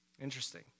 Interesting